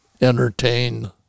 entertain